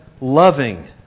loving